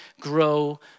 grow